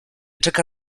czeka